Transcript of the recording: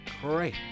Great